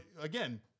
again